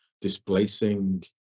displacing